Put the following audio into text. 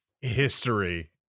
history